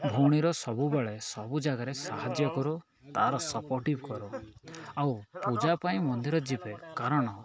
ଭଉଣୀର ସବୁବେଳେ ସବୁ ଜାଗାରେ ସାହାଯ୍ୟ କରୁ ତାର ସପୋର୍ଟିଭ୍ କରୁ ଆଉ ପୂଜା ପାଇଁ ମନ୍ଦିର ଯିବେ କାରଣ